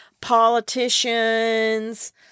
politicians